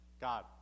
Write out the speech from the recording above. God